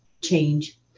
change